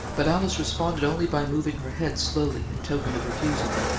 but alice responded only by moving her head slowly, in token of refusal.